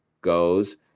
goes